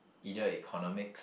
either Economics